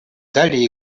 далее